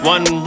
One